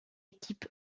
équipe